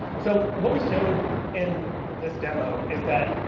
so what we showed in this demo is that?